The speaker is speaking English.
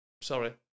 Sorry